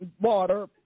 water